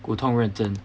骨痛热症